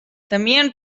temien